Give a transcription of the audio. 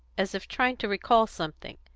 as if trying to recall something.